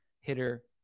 hitter